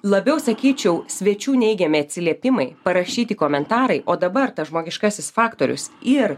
labiau sakyčiau svečių neigiami atsiliepimai parašyti komentarai o dabar tas žmogiškasis faktorius ir